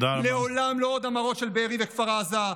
לעולם לא עוד המראות של בארי וכפר עזה,